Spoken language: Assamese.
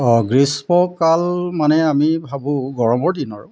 অঁ গ্ৰীষ্মকাল মানে আমি ভাবোঁ গৰমৰ দিন আৰু